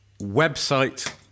Website